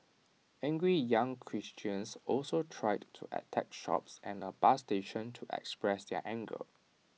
angry young Christians also tried to attack shops and A bus station to express their anger